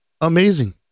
amazing